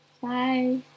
Bye